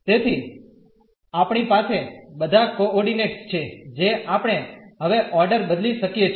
તેથી આપણી પાસે બધા કોઓર્ડિનેટ્સ છે જે આપણે હવે ઓર્ડર બદલી શકીએ છીએ